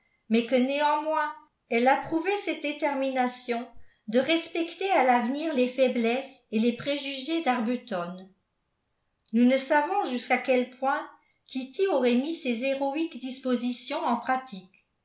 mais que néanmoins elle approuvait cette détermination de respecter à l'avenir les faiblesses et les préjugés d'arbuton nous ne savons jusqu'à quel point kitty aurait mis ses héroïques dispositions en pratique